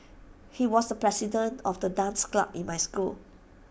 he was the president of the dance club in my school